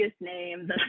name